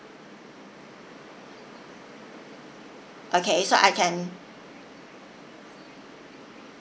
okay so I can